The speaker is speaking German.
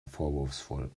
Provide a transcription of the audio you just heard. vorwurfsvoll